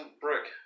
brick